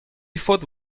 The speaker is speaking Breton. faotr